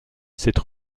cette